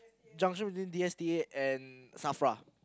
junction between D_S_T_A and Safra